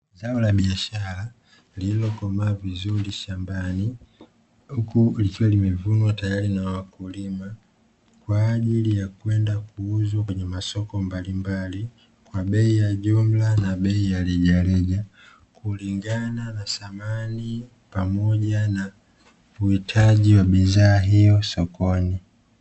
Zao la biashara lililo komaa vizuri shambani, huku likiwa limevunwa tayari na wakulima kwa ajili ya kwenda kuuzwa kwenye masoko mbalimbali kwa bei ya jumla na rejareja, kulingana na thamani na uhitaji wa bidhaa hiyo sokoni .